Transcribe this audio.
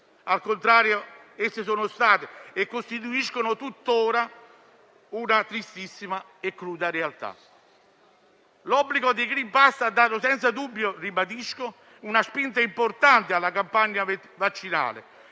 Al contrario esse sono state e costituiscono tuttora una tristissima e cruda realtà. L'obbligo del *green pass* ha dato senza dubbio una spinta importante alla campagna vaccinale